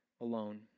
alone